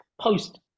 post